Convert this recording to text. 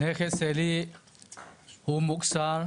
הנכד שלי הוא מוקצע.